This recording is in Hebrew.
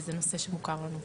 וזה נושא שמוכר לנו.